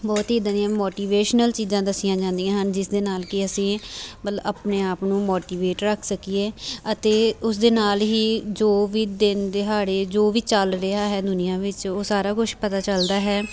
ਬਹੁਤ ਹੀ ਇੱਦਾਂ ਦੀਆਂ ਮੋਟੀਵੇਸ਼ਨਲ ਚੀਜ਼ਾਂ ਦੱਸੀਆਂ ਜਾਂਦੀਆਂ ਹਨ ਜਿਸ ਦੇ ਨਾਲ ਕਿ ਅਸੀਂ ਮਤਲਬ ਆਪਣੇ ਆਪ ਨੂੰ ਮੋਟੀਵੇਟ ਰੱਖ ਸਕੀਏ ਅਤੇ ਉਸਦੇ ਨਾਲ ਹੀ ਜੋ ਵੀ ਦਿਨ ਦਿਹਾੜੇ ਜੋ ਵੀ ਚੱਲ ਰਿਹਾ ਹੈ ਦੁਨੀਆਂ ਵਿੱਚ ਉਹ ਸਾਰਾ ਕੁਛ ਪਤਾ ਚੱਲਦਾ ਹੈ